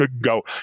go